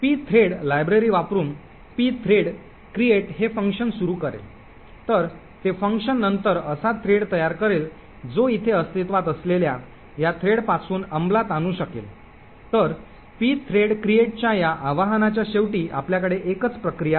pthread library वापरुन pthread create हे function सुरू करेल तर हे फंक्शन नंतर असा thread तयार करेल जो इथे अस्तित्वात असलेल्या या thread पासून अंमलात आणू शकेल तर pthread create च्या या आवाहनाच्या शेवटी आपल्याकडे एकच प्रक्रिया आहे